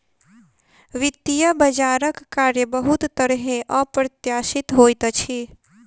वित्तीय बजारक कार्य बहुत तरहेँ अप्रत्याशित होइत अछि